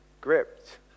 gripped